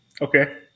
Okay